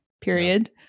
period